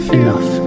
enough